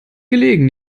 gelegen